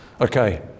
okay